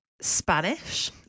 Spanish